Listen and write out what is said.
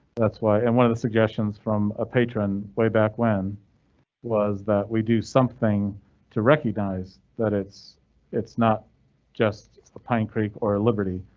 that's why in one of the suggestions from a patron way back when was that we do something to recognize that it's it's not just the pine creek or liberty.